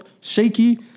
Shaky